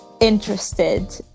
interested